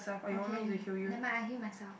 okay k nevermind I kill myself